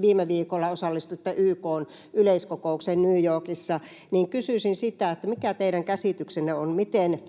viime viikolla osallistuitte YK:n yleiskokoukseen New Yorkissa, ja kysyisin sitä, että mikä teidän käsityksenne on: miten